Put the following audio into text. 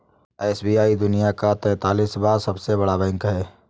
SBI दुनिया का तेंतालीसवां सबसे बड़ा बैंक है